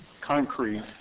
concrete